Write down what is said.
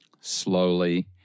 slowly